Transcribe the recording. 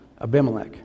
Abimelech